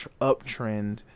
uptrend